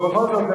ובכל זאת,